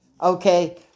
Okay